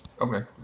Okay